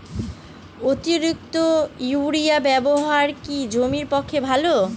অতিরিক্ত ইউরিয়া ব্যবহার কি জমির পক্ষে ভালো?